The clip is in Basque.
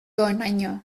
honaino